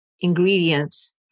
ingredients